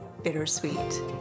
Bittersweet